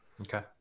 Okay